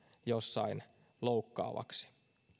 jossain loukkaavaksi